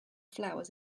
flowers